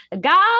God